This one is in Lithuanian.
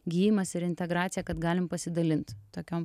gijimas ir integracija kad galim pasidalint tokiom